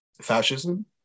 fascism